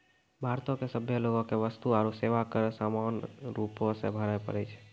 भारतो के सभे लोगो के वस्तु आरु सेवा कर समान रूपो से भरे पड़ै छै